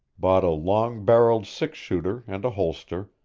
bought a long-barreled six-shooter and a holster,